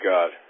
God